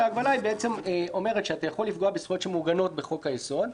פסקת ההגבלה אומרת שאפשר לפגוע בזכויות שמעוגנות בחוק היסוד,